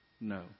no